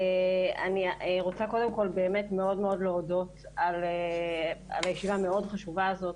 אני רוצה קודם כול באמת מאוד מאוד להודות על הישיבה המאוד חשובה הזאת.